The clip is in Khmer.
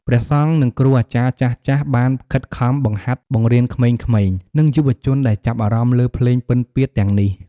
ព្រះសង្ឃ និងគ្រូអាចារ្យចាស់ៗបានខិតខំបង្ហាត់បង្រៀនក្មេងៗ និងយុវជនដែលចាប់អារម្មណ៍លើភ្លេងពិណពាទ្យទាំងនេះ។